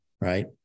right